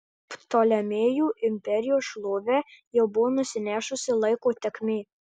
ptolemėjų imperijos šlovę jau buvo nusinešusi laiko tėkmė